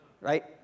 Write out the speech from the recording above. Right